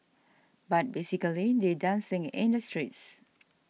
but basically they're dancing in the streets